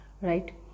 right